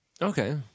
Okay